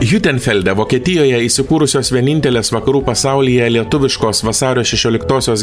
hiutenfelde vokietijoje įsikūrusios vienintelės vakarų pasaulyje lietuviškos vasario šešioliktosios